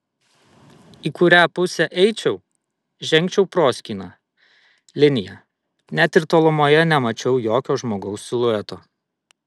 į kurią pusę eičiau žengčiau proskyna linija net ir tolumoje nemačiau jokio žmogaus silueto